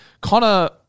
Connor